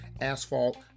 asphalt